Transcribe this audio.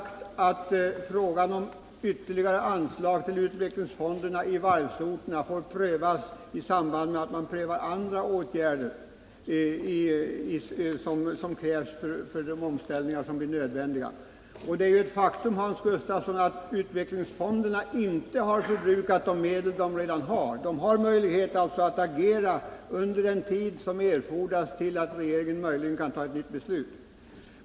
Ytterligare anslag till utvecklingsfonderna på varvsorter får enligt utskottet prövas tillsammans med andra åtgärder som blir nödvändiga genom omställningen. Det är ett faktum, Hans Gustafsson, att utvecklingsfonderna inte har förbrukat de medel de redan har. De har alltså möjlighet att agera under den tid regeringen behöver innan den kan fatta ett nytt beslut.